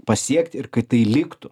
pasiekt ir kad tai liktų